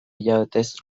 hilabetez